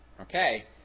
Okay